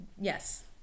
yes